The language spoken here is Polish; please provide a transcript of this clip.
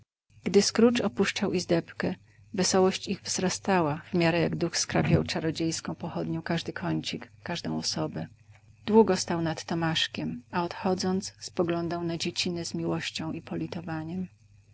gdy scrooge opuszczał izdebkę wesołość ich wzrastała w miarę jak duch skrapiał czarodziejską pochodnią każdy kącik każdą osobę długo stał nad tomaszkiem a odchodząc spoglądał na dziecinę z miłością i